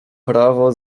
prawo